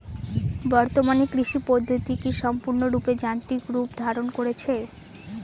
বর্তমানে কৃষি পদ্ধতি কি সম্পূর্ণরূপে যান্ত্রিক রূপ ধারণ করেছে?